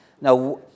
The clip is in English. Now